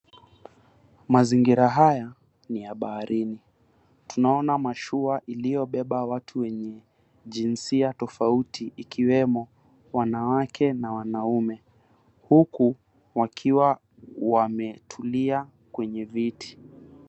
Mazingira haya ni ya baharini, tunaona mashua iliyobeba watu wenye jinsia tofauti ikiwemo wanawake na wanaume huku wakiwa wametulia kwenye viti.